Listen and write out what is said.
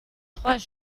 trois